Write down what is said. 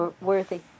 worthy